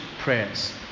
prayers